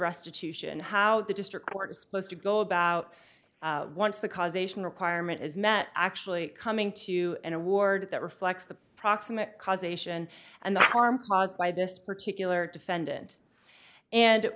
restitution how the district court supposed to go about once the causation requirement is met actually coming to an award that reflects the proximate cause ation and the harm caused by this particular defendant and